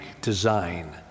design